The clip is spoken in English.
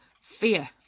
Fear